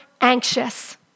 anxious